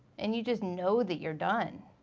and you just know that you're done.